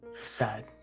sad